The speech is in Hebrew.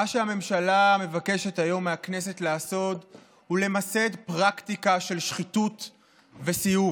מה שהממשלה מבקשת היום מהכנסת לעשות הוא למסד פרקטיקה של שחיתות וסיאוב.